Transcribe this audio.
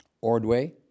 Ordway